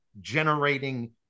generating